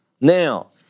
Now